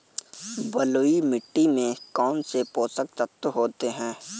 बलुई मिट्टी में कौनसे पोषक तत्व होते हैं?